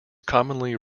commonly